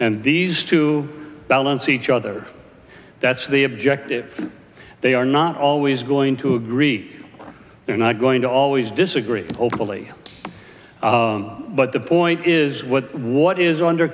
and these two balance each other that's the objective they are not always going to agree they're not going to always disagree hopefully but the point is what what is under